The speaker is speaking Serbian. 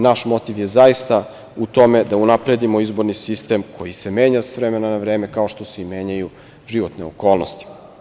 Naš motiv je zaista u tome da unapredimo izborni sistem koji se menja sa vremena na vreme, kao što se menjaju životne okolnosti.